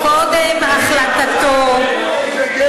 קודם החלטתו, איזה גבר.